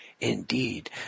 indeed